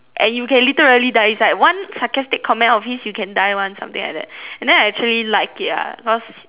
and you can literally die inside one sarcastic comment of his you can die [one] something like that and I actually like it lah cause